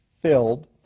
filled